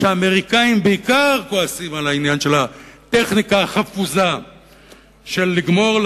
שהאמריקנים בעיקר כועסים על העניין של הטכניקה החפוזה של לגמור,